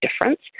difference